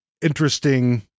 interesting